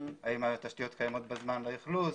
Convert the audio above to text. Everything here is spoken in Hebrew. האם התשתיות קיימות בזמן האכלוס,